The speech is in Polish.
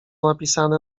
napisane